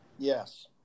Yes